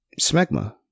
smegma